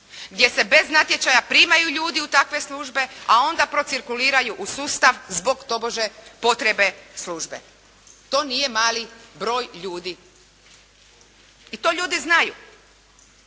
gdje se bez natječaja primaju ljudi u takve službe, a onda procirkuliraju u sustav zbog, tobože potrebe službe. To nije mali broj ljudi. I to ljudi znaju.